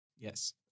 Yes